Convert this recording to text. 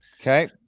okay